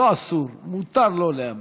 לא אסור, מותר לא להמר.